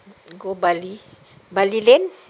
go bali bali lane